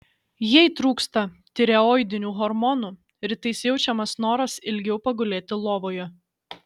jei trūksta tireoidinių hormonų rytais jaučiamas noras ilgiau pagulėti lovoje